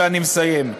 תודה, אני מבקש לסיים.